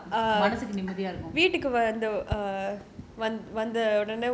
நல்ல மனசுக்கு நிம்மதியா இருக்கும்:nalla mansukku nimmathiya irukum